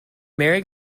merry